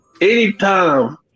anytime